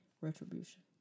retribution